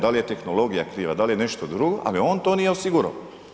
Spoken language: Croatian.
Da li je tehnologija kriva, da li je nešto drugo ali on to nije osigurao.